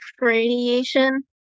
radiation